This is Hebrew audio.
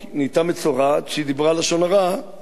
כשהיא דיברה לשון הרע על אחיה משה.